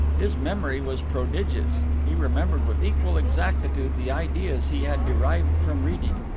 his memory was prodigious. he remembered with equal exactitude the ideas he had derived from reading,